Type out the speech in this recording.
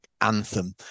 anthem